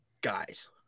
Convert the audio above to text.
guys –